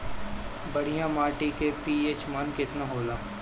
बढ़िया माटी के पी.एच मान केतना होला?